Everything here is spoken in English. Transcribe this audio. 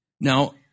Now